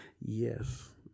Yes